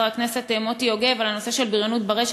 הכנסת מוטי יוגב על הנושא של בריונות ברשת.